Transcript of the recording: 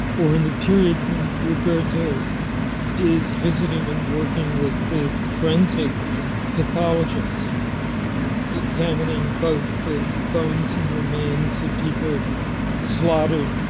or in the period when roberto is visiting and working with the forensic pathologist examining both the bones and remains of people slaughtered